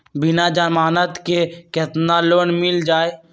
बिना जमानत के केतना लोन मिल जाइ?